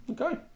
Okay